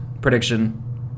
prediction